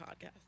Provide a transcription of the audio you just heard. podcast